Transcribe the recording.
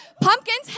pumpkins